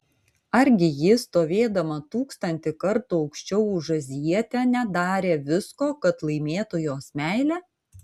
argi ji stovėdama tūkstantį kartų aukščiau už azijietę nedarė visko kad laimėtų jos meilę